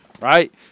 Right